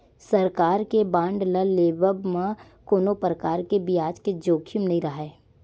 सरकार के बांड ल लेवब म कोनो परकार ले बियाज के जोखिम नइ राहय